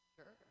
Sure